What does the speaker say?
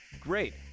Great